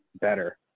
better